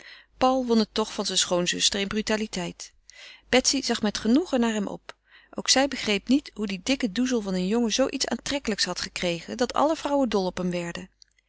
paul won het toch van zijn schoonzuster in brutaliteit betsy zag met genoegen naar hem op ook zij begreep niet hoe die dikke doezel van een jongen zoo iets aantrekkelijks had gekregen dat alle vrouwen dol op hem werden